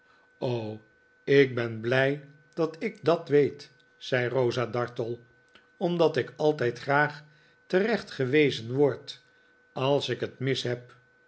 ik ben blij dat ik dat weet zei rosa dartle omdat ik altijd graag terechtgewezen word als ik het mis heb